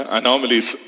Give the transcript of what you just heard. anomalies